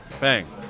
Bang